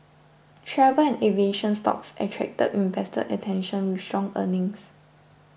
travel and aviation stocks attracted investor attention with strong earnings